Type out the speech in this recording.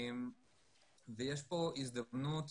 יש פה הזדמנות